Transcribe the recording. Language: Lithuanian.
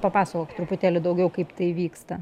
papasakok truputėlį daugiau kaip tai vyksta